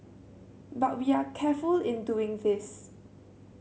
but we are careful in doing this